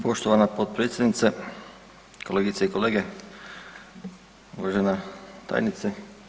Poštovana potpredsjednice, kolegice i kolege, uvažena tajnice.